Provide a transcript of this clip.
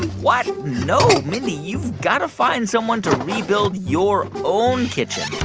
what? no. mindy, you've got to find someone to rebuild your own kitchen.